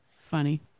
Funny